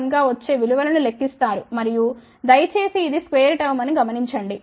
001 గా వచ్చే విలువను లెక్కిస్తారు మరియు దయచేసి ఇది square టర్మ్ అని గమనించండి